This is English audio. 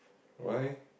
why